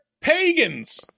pagans